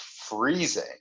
freezing